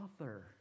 author